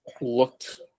looked